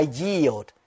yield